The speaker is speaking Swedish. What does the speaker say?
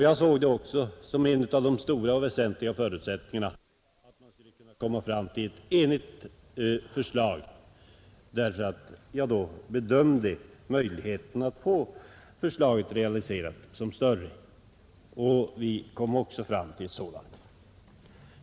Jag såg det också som en av de stora och väsentliga förutsättningarna att man skulle kunna komma fram till ett enhälligt förslag, eftersom jag bedömde möjligheterna då att få förslaget realiserat som större. Och vi kom också fram till ett sådant.